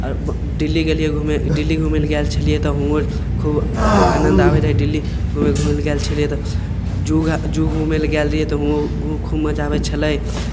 आओर दिल्ली गेलियै घुमय दिल्ली घुमय लए गेल छलियै तऽ हुओं खूब आनन्द आबय रहय दिल्ली घुमय घुमय लए गेल छलियै तऽ जू जू घुमय लए गेल रहियै तऽ हुओं खू खूब मजा आबय छ्लय